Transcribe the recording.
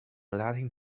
latin